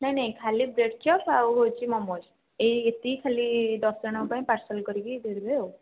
ନାଇଁ ନାଇଁ ଖାଲି ବ୍ରେଡ଼ଚପ୍ ଆଉ ହୋଉଛି ମୋମୋଜ୍ ଏଇ ଏତିକି ଖାଲି ଦଶଜଣଙ୍କ ପାଇଁ ପାର୍ସଲ୍ କରିକି ଦେଇଦେବେ ଆଉ